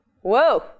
Whoa